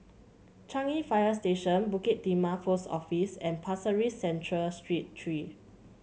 Changi Fire Station Bukit Timah Post Office and Pasir Ris Central Street Three